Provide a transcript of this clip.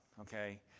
Okay